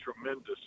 tremendous